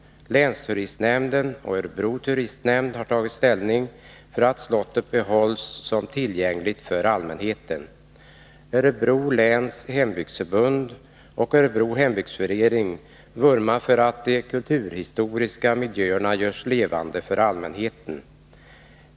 Länsturistnämnden och Örebro turistnämnd har tagit ställning för att slottet behålls som tillgängligt för allmänheten. Örebro läns hembygdsförbund och Örebro hembygdsförening vurmar för att de kulturhistoriska miljöerna görs levande för allmänheten.